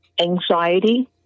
anxiety